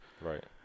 Right